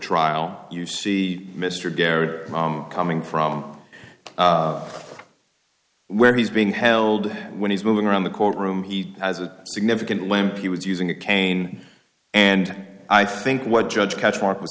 trial you see mr garrett coming from where he's being held when he's moving around the courtroom he has a significant limp he was using a cane and i think what judge catch mark w